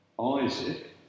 Isaac